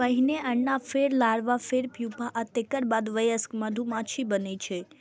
पहिने अंडा, फेर लार्वा, फेर प्यूपा आ तेकर बाद वयस्क मधुमाछी बनै छै